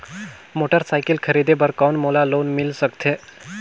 Motorcycle खरीदे बर कौन मोला लोन मिल सकथे?